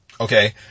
Okay